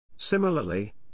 Similarly